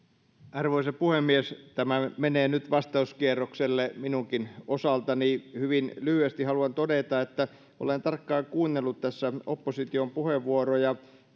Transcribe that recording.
arvoisa puhemies tämä menee nyt vastauskierrokselle minunkin osaltani hyvin lyhyesti haluan todeta että olen tarkkaan kuunnellut tässä opposition puheenvuoroja